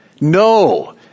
No